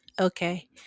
okay